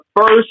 first